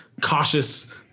cautious